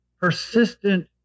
persistent